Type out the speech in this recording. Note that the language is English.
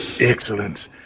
Excellent